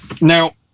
Now